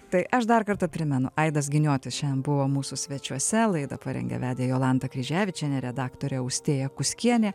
tai aš dar kartą primenu aidas giniotis šiandien buvo mūsų svečiuose laidą parengė vedė jolanta kryževičienė redaktorė austėja kuskienė